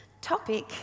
topic